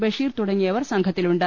ബഷീർ തുട ങ്ങിയവർ സംഘത്തിലുണ്ട്